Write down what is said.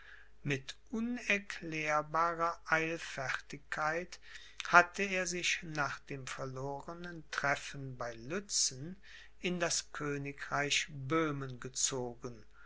mit unerklärbarer eilfertigkeit hatte er sich nach dem verlorenen treffen bei lützen in das königreich böhmen gezogen